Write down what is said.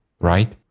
Right